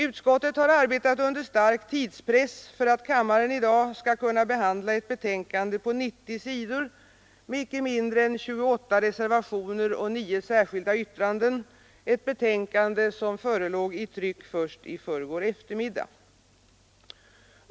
Utskottet har arbetat under stark tidspress för att kammaren i dag skall kunna behandla ett betänkande på 90 sidor med icke mindre än 28 reservationer och 9 särskilda yttranden, ett betänkande som förelåg i tryck först i förrgår eftermiddag.